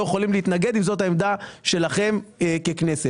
יכולים להתנגד אם זאת העמדה שלכם ככנסת.